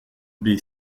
baies